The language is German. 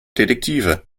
detektive